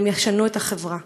והן ישנו את החברה